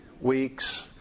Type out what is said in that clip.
weeks